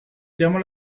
llama